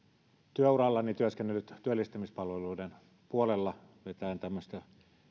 työurallani työskennellyt työllistämispalveluiden puolella vetäen tämmöistä